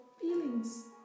feelings